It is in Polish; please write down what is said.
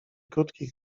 krótki